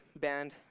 band